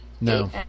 No